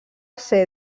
ser